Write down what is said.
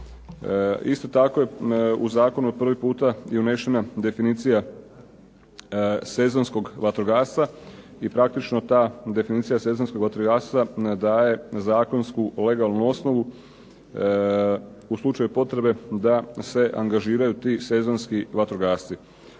Isto tako je u Zakonu prvi puta unešena definicija sezonskog vatrogastva i praktično ta definicija sezonskog vatrogastva daje zakonsku legalnu osnovu u slučaju potrebe da se angažiraju ti sezonski vatrogasci.